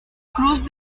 cruz